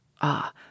Ah